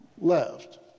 left